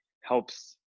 helps